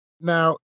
Now